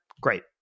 great